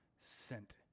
sent